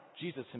Jesus